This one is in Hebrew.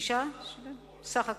סך הכול.